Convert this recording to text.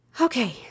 Okay